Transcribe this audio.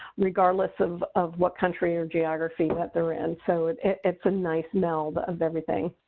regardless of of what country or geography that they're in. so it's a nice meld of everything.